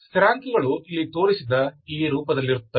ಸ್ಥಿರಾಂಕಗಳು ಇಲ್ಲಿ ತೋರಿಸಿದ ಈ ರೂಪದಲ್ಲಿರುತ್ತವೆ